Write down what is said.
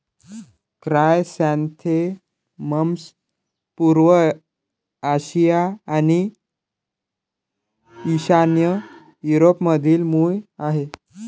chrysanthemums पूर्व आशिया आणि ईशान्य युरोपमधील मूळ आहेत